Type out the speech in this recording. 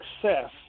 success